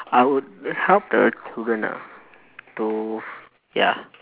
I would help the children ah to ya